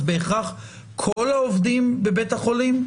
אז בהכרח כל העובדים בבית החולים,